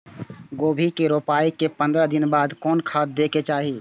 गोभी के रोपाई के पंद्रह दिन बाद कोन खाद दे के चाही?